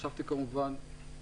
חשבתי לומר: